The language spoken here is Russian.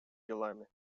делами